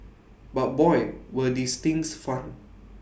but boy were these things fun